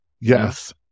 Yes